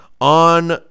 on